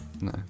No